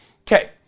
Okay